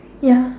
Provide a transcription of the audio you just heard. ya